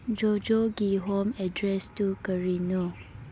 ꯖꯣꯖꯣꯒꯤ home ꯑꯦꯗ꯭ꯔꯦꯁꯇꯨ ꯀꯔꯤꯅꯣ